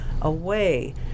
away